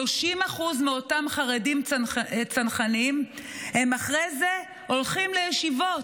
30% מאותם חרדים צנחנים הולכים אחרי זה לישיבות,